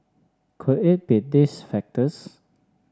could it be these factors